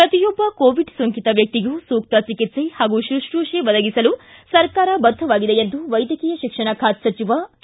ಪ್ರತಿಯೊಬ್ಬ ಕೋವಿಡ್ ಸೋಂಕಿತ ವ್ಯಕ್ತಿಗೂ ಸೂಕ್ತ ಚಿಕಿತ್ಸೆ ಹಾಗು ಶುಶ್ರೂಷ ಒದಗಿಸಲು ಸರ್ಕಾರ ಬದ್ದವಾಗಿದೆ ಎಂದು ವೈದ್ಯಕೀಯ ಶಿಕ್ಷಣ ಖಾತೆ ಸಚಿವ ಕೆ